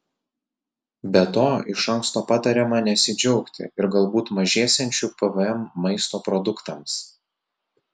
be to iš anksto patariama nesidžiaugti ir galbūt mažėsiančiu pvm maisto produktams